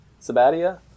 Sabatia